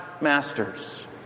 masters